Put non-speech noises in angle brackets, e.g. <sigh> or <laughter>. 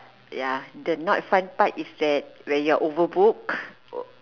ya the not fun part is that when you're overbooked <noise>